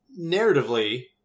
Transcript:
narratively